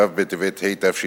ו' בטבת התשע"א.